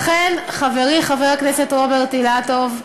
לכן, חברי חבר הכנסת רוברט אילטוב,